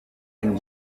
can